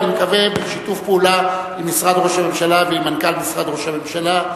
אני מקווה בשיתוף פעולה עם משרד ראש הממשלה ועם מנכ"ל משרד ראש הממשלה.